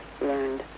learned